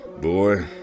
Boy